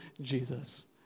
Jesus